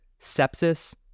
sepsis